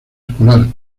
escolar